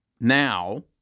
now